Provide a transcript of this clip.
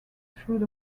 through